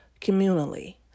communally